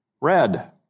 Red